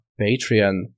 Patreon